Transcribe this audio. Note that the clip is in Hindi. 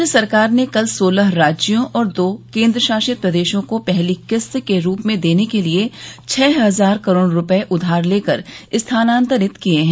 केंद्र सरकार ने कल सोलह राज्यों और दो केंद्रशासित प्रदेशों को पहली किस्त के रूप में देने के लिए छह हजार करोड़ रुपये उधार लेकर स्थानांतरित किए हैं